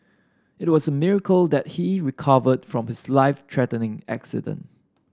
it was a miracle that he recovered from his life threatening accident